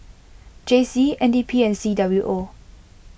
J C N D P and C W O